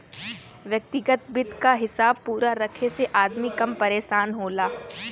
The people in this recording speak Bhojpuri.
व्यग्तिगत वित्त क हिसाब पूरा रखे से अदमी कम परेसान होला